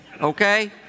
okay